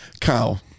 Kyle